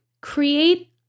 create